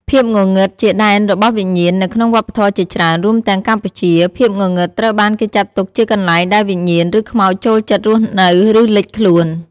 ភាពងងឹតជាដែនរបស់វិញ្ញាណ នៅក្នុងវប្បធម៌ជាច្រើន រួមទាំងកម្ពុជា ភាពងងឹតត្រូវបានគេចាត់ទុកជាកន្លែងដែលវិញ្ញាណ ឬខ្មោចចូលចិត្តរស់នៅ ឬលេចខ្លួន ។